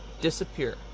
disappear